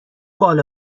بال